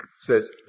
says